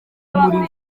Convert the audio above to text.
muri